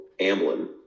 Amblin